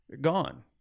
gone